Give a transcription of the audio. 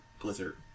Blizzard